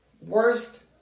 Worst